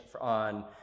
on